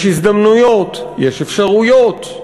יש הזדמנויות, יש אפשרויות.